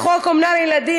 בחוק אומנה לילדים,